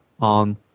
on